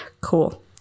cool